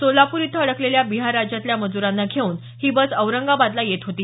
सोलापूर इथं अडकलेल्या बिहार राज्यातल्या मज़रांना घेऊन ही बस औरंगाबादला येत होती